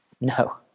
No